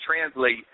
translate